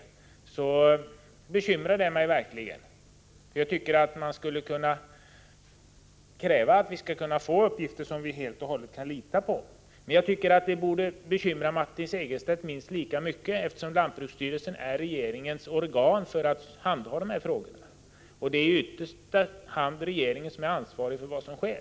Detta bekymrar mig verkligen. Man borde kunna kräva uppgifter som man helt och hållet kan lita på. Detta borde emellertid bekymra Martin Segerstedt minst lika mycket, eftersom lantbruksstyrelsen är regeringens organ för att handha dessa frågor. Det är således regeringen som ytterst är ansvarig för vad som sker.